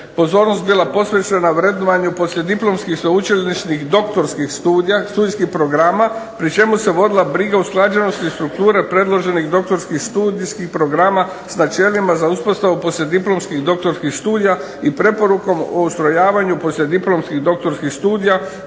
pozornost bila posvećena vrednovanju poslije diplomskih sveučilišnih doktorskih studija, studijskih programa, pri čemu se vodila briga o usklađenosti strukture predloženih doktorskih studijskih programa s načelima za uspostavu poslijediplomskih doktorskih studija, i preporukom o ustrojavanju poslijediplomskih doktorskih studija